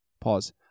Pause